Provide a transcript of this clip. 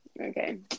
Okay